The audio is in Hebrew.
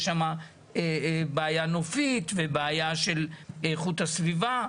יש שם בעייה נופית, ובעייה של איכות הסביבה.